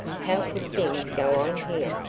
how could things go on here?